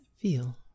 feel